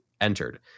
entered